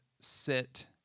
sit